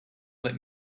let